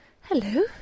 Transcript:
hello